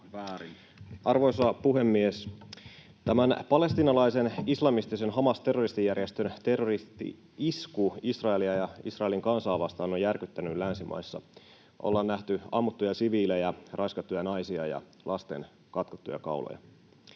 Arvoisa puhemies! Tämän palestiinalaisen, islamistisen Hamas-terroristijärjestön terrori-isku Israelia ja Israelin kansaa vastaan on järkyttänyt länsimaissa. On nähty ammuttuja siviilejä, raiskattuja naisia ja lasten katkottuja kauloja.